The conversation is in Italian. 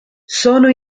sono